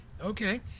Okay